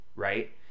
Right